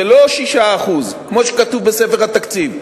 ולא 6% כמו שכתוב בספר התקציב.